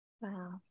Wow